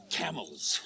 camels